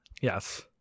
Yes